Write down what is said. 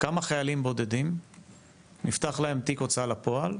כמה חיילים בודדים נפתח להם תיק הוצאה לפועל,